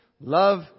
love